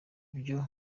byo